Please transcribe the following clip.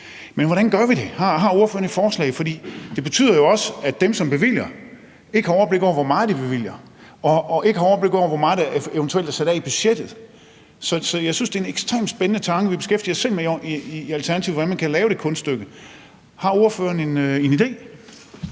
Men hvordan gør vi det? Har ordføreren et forslag? For det betyder jo også, at dem, som bevilger, ikke har overblik over, hvor meget de bevilger, og ikke har overblik over, hvor meget der eventuelt er i budgettet. Så jeg synes, at det er en ekstremt spændende tanke, og vi beskæftiger os også selv med det i Alternativet, nemlig hvordan man kan lave det kunststykke. Har ordføreren en idé?